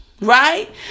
Right